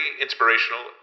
inspirational